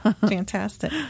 Fantastic